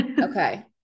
okay